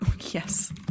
yes